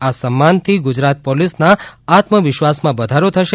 આ સમ્માનથી ગુજરાત પોલીસના આત્મવિશ્વાસમાં વધારો થશે